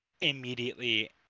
immediately